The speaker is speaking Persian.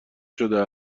شده